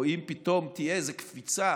או אם פתאום תהיה קפיצה